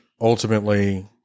ultimately